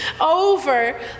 over